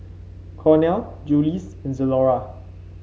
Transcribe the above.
Cornell Julie's and Zalora